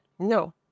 No